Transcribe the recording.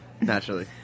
Naturally